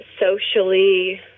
socially